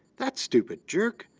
that stupid jerk,